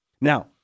Now